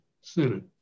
Senate